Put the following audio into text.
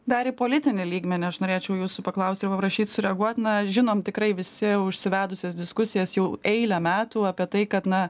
dar į politinį lygmenį aš norėčiau jūsų paklaust ir paprašyt sureaguot na žinom tikrai visi užsivedusias diskusijas jau eilę metų apie tai kad na